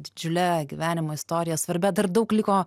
didžiule gyvenimo istorija svarbia dar daug liko